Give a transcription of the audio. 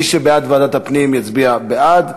מי שבעד ועדת הפנים יצביע בעד,